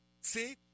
See